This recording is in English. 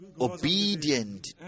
obedient